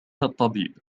الطبيب